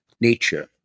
nature